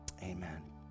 amen